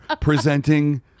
presenting